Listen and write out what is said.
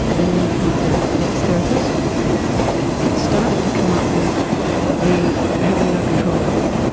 and then with the next therapist it started to come up with me having no control over it,